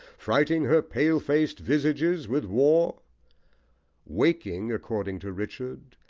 frighting her pale-fac'd visages with war waking, according to richard,